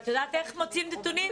את יודעת איך מוצאים נתונים?